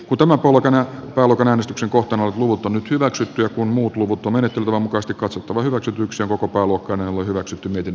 kutomo polkeneet palkan äänestyksen kohteena huuto nyt hyväksyttyä kun muut luvut on ainakin vankasti katsottava hyväksytyksi koko pääluokkana hyväksytty miten